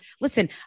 Listen